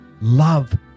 love